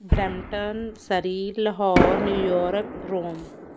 Brampton Surrey Lahore New York Rome